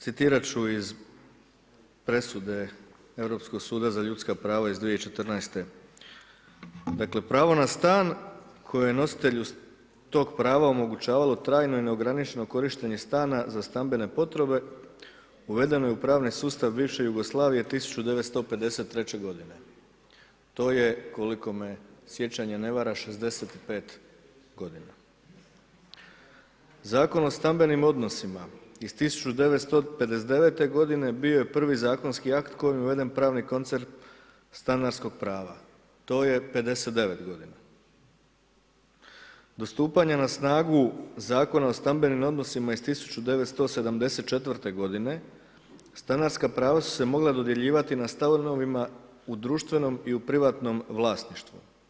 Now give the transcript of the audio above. Citirati ću iz presude Europskog suda za ljudska prava iz 2014. dakle, pravo na stan kojem nositelju tog prava omogućavalo trajno i neograničeno korištenje stana za stambene potrebe uvedeno je u pravni sustav bivše Jugoslavije 1953. g. To je koliko me sjećanje ne vara 65 g. Zakon o stambenim odnosima iz 1959. g. bio je prvi zakonski akt kojim je uveden pravni koncern stanarskog prava, to je 59 g. Do stupanje na snagu Zakona o stambenim odnosima iz 1974. g. stanarska prava sus e mogla dodjeljivati na stanovima u društvenom i u privatnom vlasništvu.